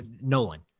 Nolan